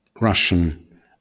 Russian